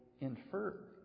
infer